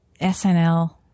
SNL